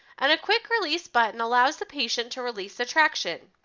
and a quick release button allows the patient to release the traction.